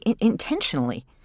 intentionally